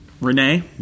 renee